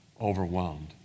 overwhelmed